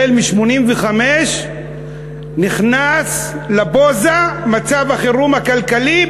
מ-1985 נכנס לפוזה מצב החירום הכלכלי,